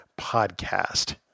podcast